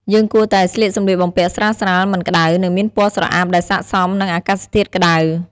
យើងគួរតែស្លៀកសម្លៀកបំពាក់ស្រាលៗ មិនក្តៅ និងមានពណ៌ស្រអាប់ដែលស័ក្តិសមនឹងអាកាសធាតុក្តៅ។